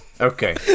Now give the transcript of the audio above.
Okay